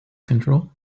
control